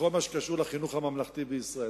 בכל מה שקשור לחינוך הממלכתי בישראל.